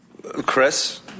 Chris